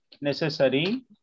necessary